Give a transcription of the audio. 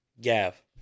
Gav